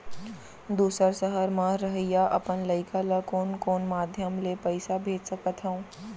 दूसर सहर म रहइया अपन लइका ला कोन कोन माधयम ले पइसा भेज सकत हव?